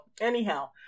anyhow